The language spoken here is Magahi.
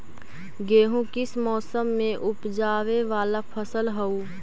गेहूं किस मौसम में ऊपजावे वाला फसल हउ?